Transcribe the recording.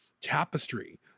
tapestry